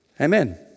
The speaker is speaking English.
Amen